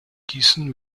gießen